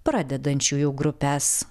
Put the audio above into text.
pradedančiųjų grupes